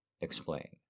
explain